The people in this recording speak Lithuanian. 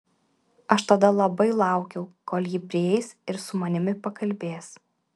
aš tada labai laukiau kol ji prieis ir su manimi pakalbės